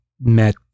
met